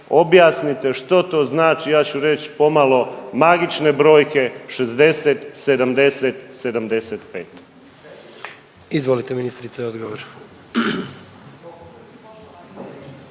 objasnite što to znači ja ću reći pomalo magične brojke 60, 70, 75. **Jandroković,